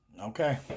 Okay